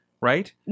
right